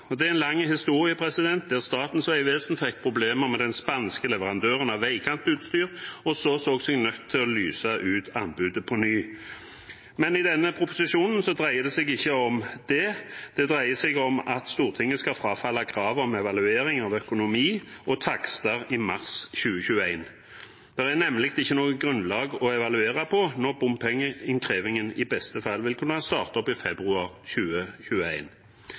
Det er en lang historie, der Statens vegvesen fikk problemer med den spanske leverandøren av veikantutstyr, og så seg nødt til å lyse ut anbudet på nytt. Men denne proposisjonen dreier det seg ikke om det. Det dreier seg om at Stortinget skal frafalle kravet om evaluering av økonomi og takster i mars 2021. Det er nemlig ikke noe grunnlag å evaluere på når bompengeinnkrevingen i beste fall vil kunne starte opp i februar